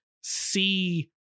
see